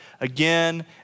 again